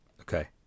Okay